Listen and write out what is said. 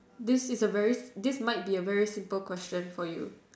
this is a very this might be a very simple question for you